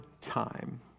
time